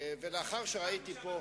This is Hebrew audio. היא מדברת.